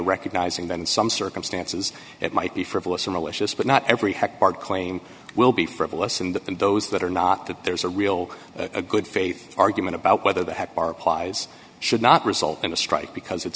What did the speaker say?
recognizing that in some circumstances it might be frivolous or malicious but not every hectare claim will be frivolous and those that are not that there's a real good faith argument about whether that bar applies should not result in a strike because it